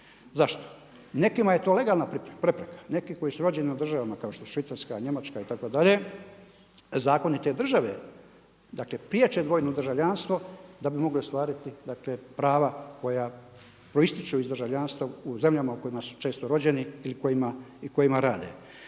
Zašto? Nekima je to legalna prepreka, neki koji su rođeni u državama kao što su Švicarska, Njemačka itd., zakoni te države, prije će dvojno državljanstvo, da bi mogli ostvariti prava koja proističu iz državljanstva u zemljama kojima su često rođeni i kojima rade.